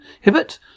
Hibbert